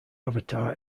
avatar